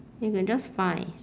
you can just find